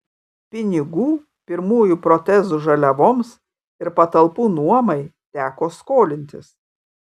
pinigų pirmųjų protezų žaliavoms ir patalpų nuomai teko skolintis